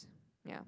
yeah